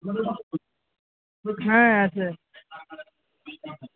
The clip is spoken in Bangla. হ্যাঁ আছে